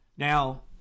Now